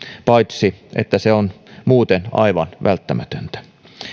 paitsi että se on muuten aivan välttämätöntä